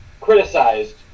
criticized